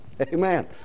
Amen